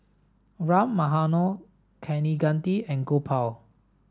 Ram Manohar Kaneganti and Gopal